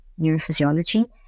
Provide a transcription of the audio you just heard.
neurophysiology